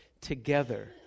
together